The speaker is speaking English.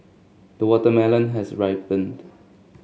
the watermelon has ripened